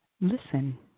listen